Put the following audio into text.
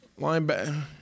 linebacker